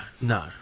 no